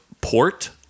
port